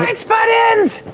and spuddins.